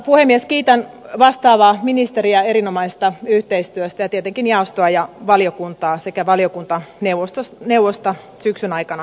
kiitän vastaavaa ministeriä erinomaisesta yhteistyöstä ja tietenkin jaostoa ja valiokuntaa sekä valiokuntaneuvosta syksyn aikana tehdystä työstä